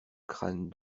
crâne